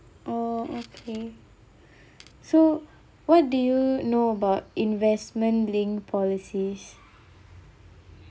oh okay so what do you know about investment linked policies